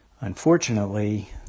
Unfortunately